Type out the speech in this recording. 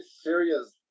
serious